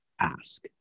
ask